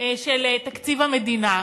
של תקציב המדינה.